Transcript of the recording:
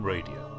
Radio